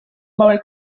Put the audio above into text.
małe